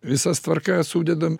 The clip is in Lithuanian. visas tvarkas sudedam